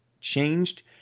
changed